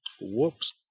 Whoops